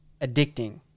addicting